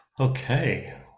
Okay